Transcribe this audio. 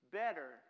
better